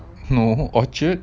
orh orchard